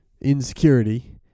insecurity